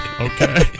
okay